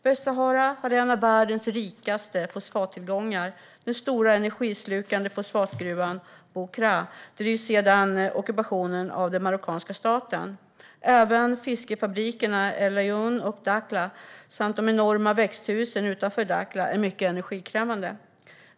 Västsahara har en av världens rikaste fosfattillgångar. Den stora energislukande fosfatgruvan Bou Craa drivs sedan ockupationen av den marockanska staten. Även fiskfabrikerna i El-Aaiún och Dakhla samt de enorma växthusen utanför Dakhla är mycket energikrävande.